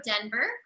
Denver